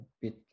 bit